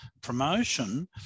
promotion